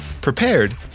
prepared